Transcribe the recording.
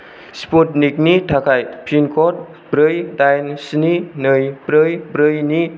स्पुटनिकनि थाखाय पिन क'ड ब्रै दाइन स्नि नै ब्रै ब्रैनि